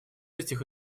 этих